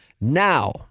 Now